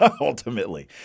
ultimately